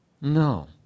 No